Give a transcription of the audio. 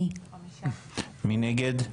מי נגד?